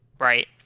Right